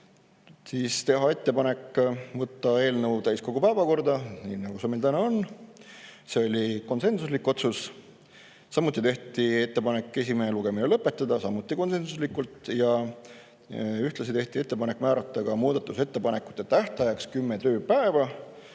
ka. Teha ettepanek võtta eelnõu täiskogu päevakorda, nii nagu see meil täna on. See oli konsensuslik otsus. Samuti tehti ettepanek esimene lugemine lõpetada, samuti konsensuslikult. Ja ühtlasi tehti ettepanek määrata muudatusettepanekute tähtajaks kümme tööpäeva,